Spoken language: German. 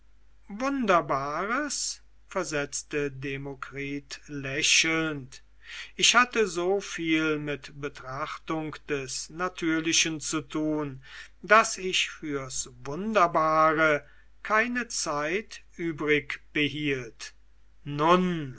wunderbares versetzte demokritus lächelnd ich hatte so viel mit betrachtung des natürlichen zu tun daß ich fürs wunderbare keine zeit übrig behielt nun